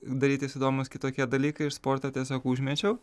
darytis įdomūs kitokie dalykai ir sportą tiesiog užmečiau